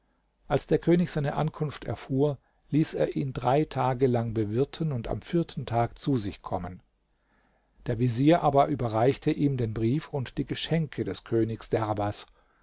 als der könig seine ankunft erfuhr ließ er ihn drei tage lang bewirten und am vierten tag zu sich kommen der vezier aber überreichte ihm den brief und die geschenke des königs derbas